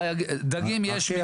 דגים יש מיליונים.